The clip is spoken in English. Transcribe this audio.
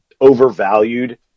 overvalued